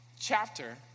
chapter